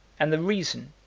and the reason,